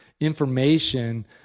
information